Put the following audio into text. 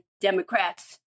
Democrats